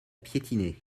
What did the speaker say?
piétiner